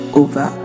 over